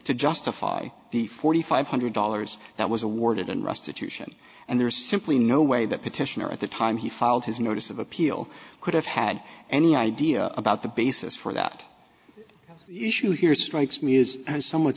to justify the forty five hundred dollars that was awarded and restitution and there is simply no way that petitioner at the time he filed his notice of appeal could have had any idea about the basis for that issue here strikes me is somewhat